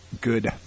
good